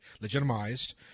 legitimized